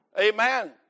Amen